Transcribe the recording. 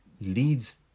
leads